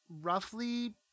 roughly